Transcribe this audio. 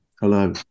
hello